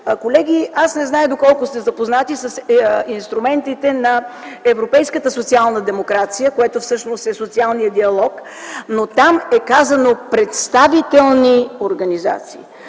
колеги, аз не зная доколко сте запознати с инструментите на Европейската социална демокрация, което всъщност е социалният диалог, но там е казано „представителни организации”.